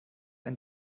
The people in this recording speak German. ein